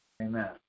Amen